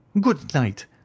good-night